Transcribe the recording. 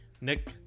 Nick